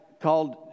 called